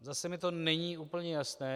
Zase mi to není úplně jasné.